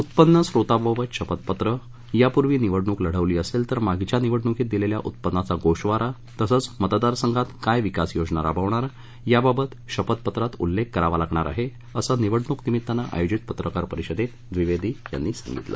उत्पन्न स्रोताबाबत शपथ पत्र यापूर्वी निवडणूक लढवली असेल तर मागील निवडणूकीत दिलेल्या उत्पन्नाचा गोषवारा तसंच मतदार संघात काय विकास योजना राबवणार या बाबत शपथ पत्रात उल्लेख करावा लागणार आहे असं निवडणूक निमित्ताने आयोजित पत्रकार परिषदेत द्विवेदी यांनी सांगितलं